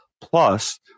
Plus